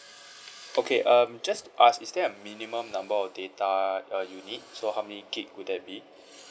okay um just to ask is there a minimum number of data err you need so how many gig would that be